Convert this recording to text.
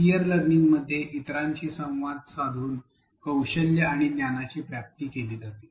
pier लर्निंगमध्ये इतरांशी संवाद साधून कौशल्य आणि ज्ञानाची प्राप्ती केली जाते